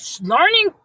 learning